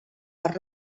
per